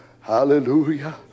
Hallelujah